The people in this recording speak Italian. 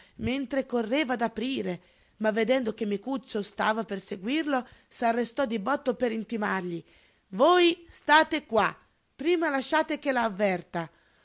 mentre correva ad aprire ma vedendo che micuccio stava per seguirlo s'arrestò di botto per intimargli voi state qua prima lasciate che la avverta